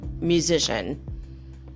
musician